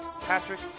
Patrick